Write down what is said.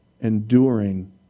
enduring